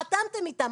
חתמתם איתם,